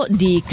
di